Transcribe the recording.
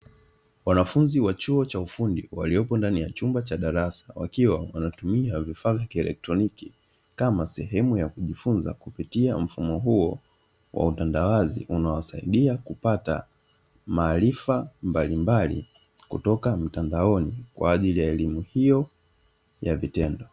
Wanafunzi wa chuo cha ufundi waliopo ndani ya chumba cha darasa, wakiwa wanatumia vifaa vya kieletroniki kama sehemu ya kujifunza kupitia mfumo huo wa utandawazi unaowasaidia kupata maarifa mbalimbali kutoka mtandaoni kwa ajili ya elimu hiyo ya vitendo.